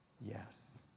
Yes